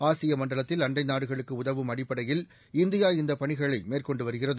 ஆசிய மண்டலத்தில் அண்டை நாடுகளுக்கு உதவும் அடிப்படையில் இந்தியா இநதப் பணிகளை மேற்கொண்டு வருகிறது